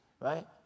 right